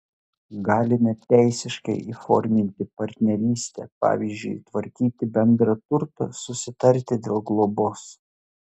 galime teisiškai įforminti partnerystę pavyzdžiui tvarkyti bendrą turtą susitarti dėl globos